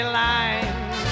line